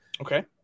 Okay